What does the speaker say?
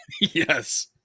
Yes